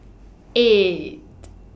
eight